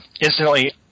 Instantly